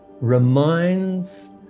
reminds